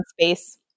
space